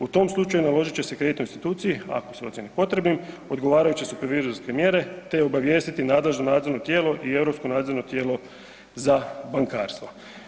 U tom slučaju naložit će se kreditnoj instituciji, ako se ocijeni potrebnim, odgovarajuće supervizorske mjere te obavijestiti nadležno nadzorno tijelo i Europsko nadzorno tijelo za bankarstvo.